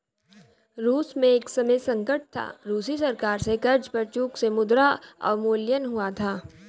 रूस में एक समय संकट था, रूसी सरकार से कर्ज पर चूक से मुद्रा अवमूल्यन हुआ था